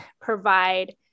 provide